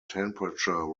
temperature